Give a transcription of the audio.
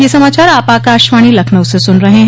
ब्रे क यह समाचार आप आकाशवाणी लखनऊ से सुन रहे हैं